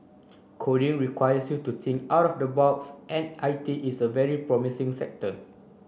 coding requires you to think out of the box and I T is a very promising sector